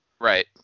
Right